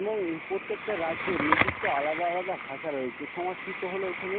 এবং প্রত্যেকটা রাজ্যের নির্দিষ্ট আলাদা আলাদা ভাষা রয়েছে সংস্কৃত হলো এখানের